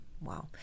Wow